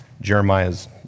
Jeremiah's